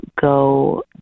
go